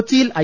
കൊച്ചിയിൽ ഐ